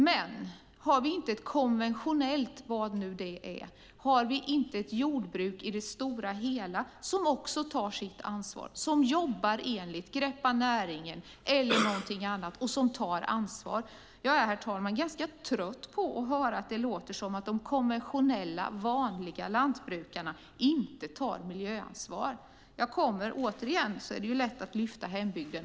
Men har vi inte ett konventionellt, vad nu det är, jordbruk i det stora hela som också tar sitt ansvar och jobbar enligt Greppa näringen eller någonting annat? Jag är ganska trött på att det låter som om de konventionella, vanliga lantbrukarna inte tar miljöansvar. Det är återigen lätt att lyfta fram hembygden.